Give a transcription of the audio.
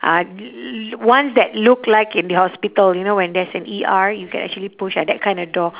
ah l~ ones that look like in the hospital you know when there's an E_R you can actually push ya that kind of door